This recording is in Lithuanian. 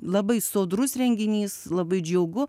labai sodrus renginys labai džiugu